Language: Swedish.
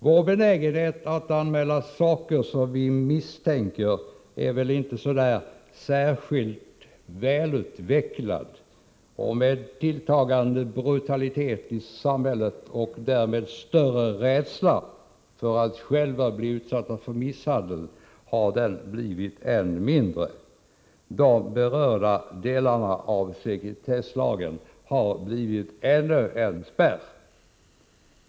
Vår benägenhet att anmäla saker som vi misstänker är inte särskilt väl utvecklad, och med tilltagande brutalitet i samhället och därmed följande större rädsla för att själva bli utsatta för misshandel har den blivit än mindre. De berörda delarna av sekretesslagen har blivit ännu en spärr.